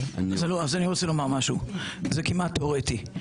אני רוצה לומר משהו: זה כמעט תיאורטי,